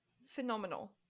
Phenomenal